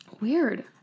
Weird